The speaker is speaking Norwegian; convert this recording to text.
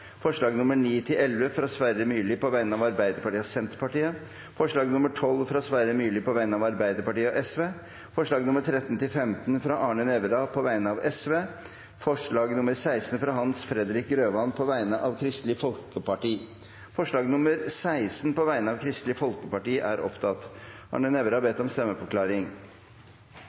forslag. Det er forslagene nr. 1–8, fra Sverre Myrli på vegne av Arbeiderpartiet, Senterpartiet og Sosialistisk Venstreparti forslagene nr. 9–11, fra Sverre Myrli på vegne av Arbeiderpartiet og Senterpartiet forslag nr. 12, fra Sverre Myrli på vegne av Arbeiderpartiet og Sosialistisk Venstreparti forslagene nr. 13–15, fra Arne Nævra på vegne av Sosialistisk Venstreparti forslag nr. 16, fra Hans Fredrik Grøvan på vegne av Kristelig Folkeparti Det voteres over forslag nr. 16, fra Kristelig Folkeparti.